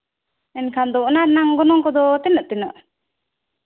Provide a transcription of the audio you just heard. ᱮᱱᱠᱷᱟᱱ ᱫᱚ ᱚᱱᱟ ᱨᱮᱱᱟᱝ ᱜᱚᱱᱚᱝ ᱠᱚᱫᱚ ᱛᱤᱱᱟᱹᱜ ᱛᱤᱱᱟᱹᱜ